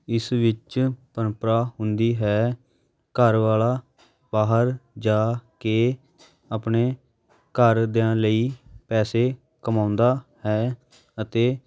ਇਸ ਵਿੱਚ ਪਰੰਪਰਾ ਹੁੰਦੀ ਹੈ ਘਰਵਾਲਾ ਬਾਹਰ ਜਾ ਕੇ ਆਪਣੇ ਘਰਦਿਆਂ ਲਈ ਪੈਸੇ ਕਮਾਉਂਦਾ ਹੈ ਅਤੇ